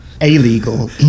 Illegal